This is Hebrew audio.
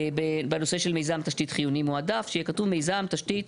בנושא של מיזם תשתית חיוני מועדף שיהיה כתוב "מיזם תשתית